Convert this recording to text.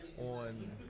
on